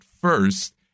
first